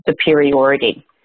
superiority